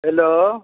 hello